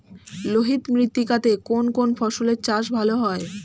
লোহিত মৃত্তিকা তে কোন কোন ফসলের চাষ ভালো হয়?